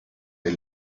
del